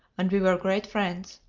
and we were great friends.